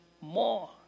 more